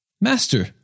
Master